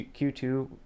Q2